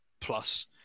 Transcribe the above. plus